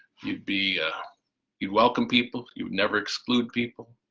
you'd be you'd welcome people, you'd never exclude people,